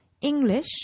English